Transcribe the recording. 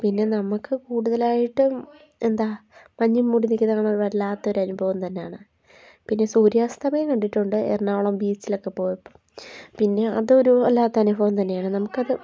പിന്നെ നമുക്ക് കൂടുതലായിട്ടും എന്താണ് മഞ്ഞ് മൂടി നിൽക്കുന്നത് കാണാൻ ഒരു വല്ലാത്ത ഒരു അനുഭവം തന്നെയാണ് പിന്നെ സൂര്യാസ്തമയം കണ്ടിട്ടുണ്ട് എറണാകുളം ബീച്ചിലൊക്കെ പോയപ്പോൾ പിന്നെ അതൊരു വല്ലാത്ത അനുഭവം തന്നെയാണ് നമുക്ക് അത്